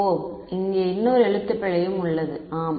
ஓ இங்கே இன்னொரு எழுத்துப்பிழையும் உள்ளது ஆம்